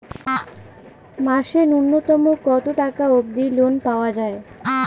মাসে নূন্যতম কতো টাকা অব্দি লোন পাওয়া যায়?